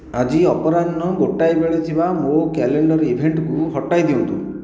ଆଜି ଅପରାହ୍ନ ଗୋଟାଏ ବେଳେ ଥିବା ମୋ' କ୍ୟାଲେଣ୍ଡର ଇଭେଣ୍ଟକୁ ହଟାଇ ଦିଅନ୍ତୁ